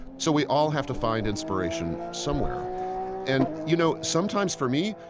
so we all have to find inspiration somewhere and you know sometimes for me,